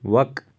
وق